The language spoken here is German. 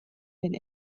den